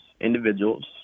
individuals